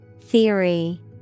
Theory